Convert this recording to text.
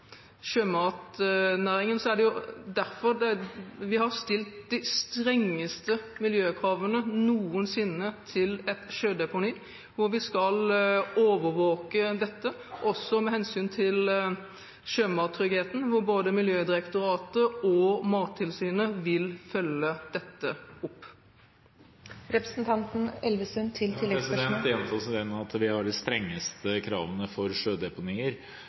sjømatnæringen, er det jo derfor vi har stilt de strengeste miljøkravene noensinne til et sjødeponi. Vi skal overvåke dette, også med hensyn til sjømattryggheten, og både Miljødirektoratet og Mattilsynet vil følge dette opp. Det gjentas igjen at vi har de strengeste kravene for sjødeponier,